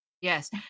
yes